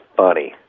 funny